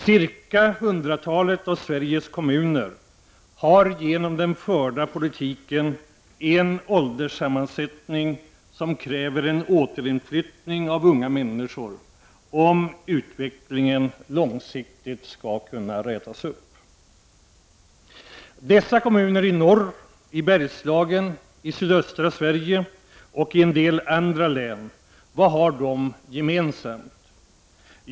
Ca 100 av Sveriges kommuner har genom den förda politiken en ålderssammansättning som kräver en återinflyttning av unga människor om utvecklingen långsiktigt skall kunna rättas till. Dessa kommuner i norr, i Bergslagen, i sydöstra Sverige och i en del andra län — vad har de gemensamt?